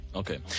okay